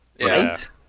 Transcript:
Right